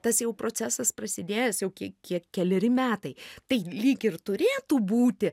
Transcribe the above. tas jau procesas prasidėjęs jau kie kiek keleri metai tai lyg ir turėtų būti